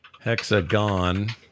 hexagon